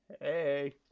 Hey